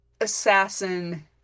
assassin